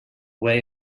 where